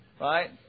right